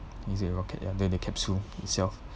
is it a rocket ah the the capsule itself